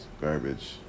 garbage